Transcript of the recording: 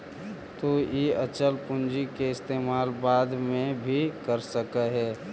तु इ अचल पूंजी के इस्तेमाल बाद में भी कर सकऽ हे